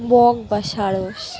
বক বা সারস